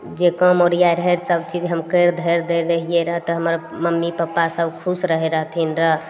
जे काम ओरियाइ रहय रऽ सबचीज हम करि धरि दै रहियै रऽ तऽ हमर मम्मी पप्पा सब खुश रहय रहथिन रऽ